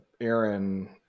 Aaron